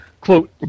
quote